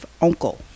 uncle